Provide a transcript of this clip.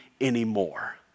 anymore